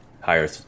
higher